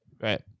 Right